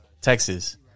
Texas